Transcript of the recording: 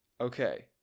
okay